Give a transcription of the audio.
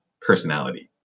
personality